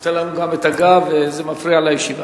אתה מפנה לנו גם את הגב וזה מפריע לישיבה.